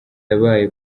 yabaye